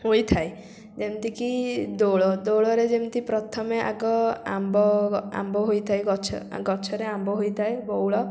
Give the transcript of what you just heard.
ହୋଇଥାଏ ଯେମିତିକି ଦୋଳ ଦୋଳରେ ଯେମିତି ପ୍ରଥମେ ଆଗ ଆମ୍ବ ଆମ୍ବ ହୋଇଥାଏ ଗଛ ଗଛରେ ଆମ୍ବ ହୋଇଥାଏ ବଉଳ